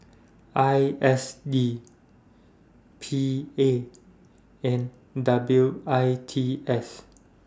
I S D P A and W I T S